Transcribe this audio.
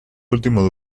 últimos